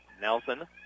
Nelson